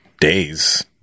days